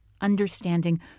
understanding